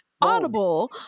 Audible